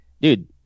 dude